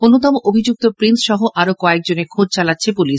অন্যতম অভিযুক্ত প্রিঙ্গ সহ আরও কয়েকজনের খোঁজ চালাচ্ছে পুলিশ